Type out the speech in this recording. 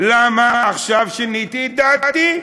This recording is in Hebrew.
למה עכשיו שיניתי את דעתי.